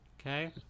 Okay